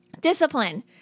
Discipline